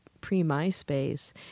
pre-MySpace